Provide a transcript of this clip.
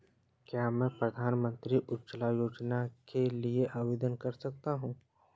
क्या मैं प्रधानमंत्री उज्ज्वला योजना के लिए आवेदन कर सकता हूँ?